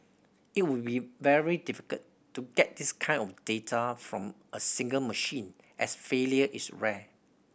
it would be very difficult to get this kind of data from a single machine as failure is rare